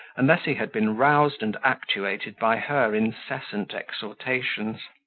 unless he had been roused and actuated by her incessant exhortations.